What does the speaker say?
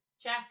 Check